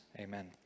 Amen